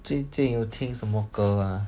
最近有听什么歌啊